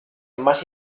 más